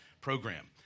program